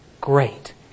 great